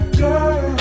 girl